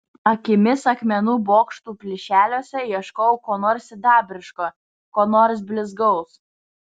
akimis akmenų bokštų plyšeliuose ieškojau ko nors sidabriško ko nors blizgaus